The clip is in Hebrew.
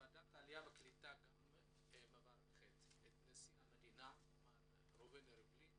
ועדת העלייה והקליטה מברכת גם את נשיא המדינה מר ראובן ריבלין